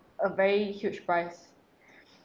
a very huge price